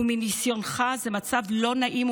ומניסיונך זה מצב לא נעים,